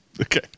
okay